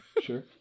Sure